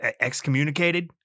excommunicated